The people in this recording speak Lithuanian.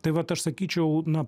tai vat aš sakyčiau na